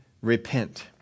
repent